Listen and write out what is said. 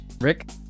Rick